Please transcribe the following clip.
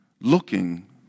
looking